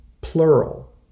Plural